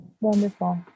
Wonderful